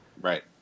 Right